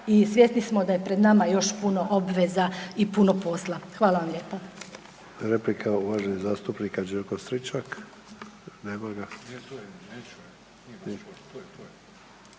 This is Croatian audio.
…i svjesni smo da je pred nama još puno obveza i puno posla. Hvala vam lijepa.